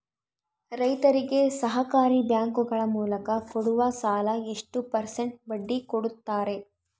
ರೈತರಿಗೆ ಸಹಕಾರಿ ಬ್ಯಾಂಕುಗಳ ಮೂಲಕ ಕೊಡುವ ಸಾಲ ಎಷ್ಟು ಪರ್ಸೆಂಟ್ ಬಡ್ಡಿ ಕೊಡುತ್ತಾರೆ?